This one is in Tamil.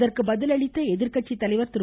அதற்கு பதிலளித்த எதிர்கட்சி தலைவர் திரு